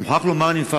אני מוכרח לומר לך.